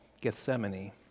Gethsemane